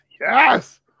Yes